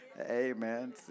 Amen